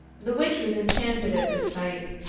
the witch was enchanted at this sight,